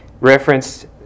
referenced